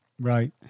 Right